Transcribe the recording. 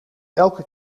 elke